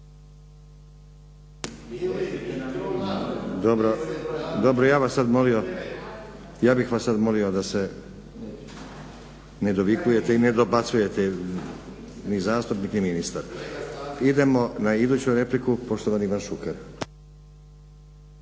Dobro, ja bih vas sad molio da se nedovikujete i nedobacujete ni zastupnik, ni ministar. Idemo na iduću repliku, poštovani Ivan Šuker.